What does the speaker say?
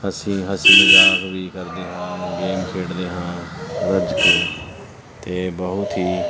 ਅਸੀਂ ਹਾਸੀ ਮਜ਼ਾਕ ਵੀ ਕਰਦੇ ਹਾਂ ਗੇਮ ਖੇਡਦੇ ਹਾਂ ਰੱਜ ਕੇ ਅਤੇ ਬਹੁਤ ਹੀ